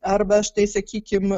arba štai sakykim